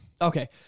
Okay